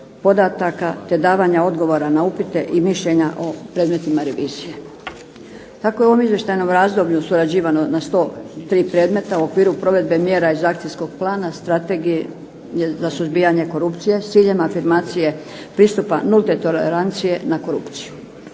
podataka te davanja odgovora na upite i mišljenja o predmetima revizije. Kako je u ovom izvještajnom razdoblju surađivano na 103 predmeta u okviru provedbe mjera iz Akcijskog plana Strategije za suzbijanje korupcije s ciljem afirmacije pristupa nulte tolerancije na korupciju.